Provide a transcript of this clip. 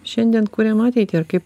šiandien kuriam ateitį ar kaip